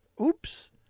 Oops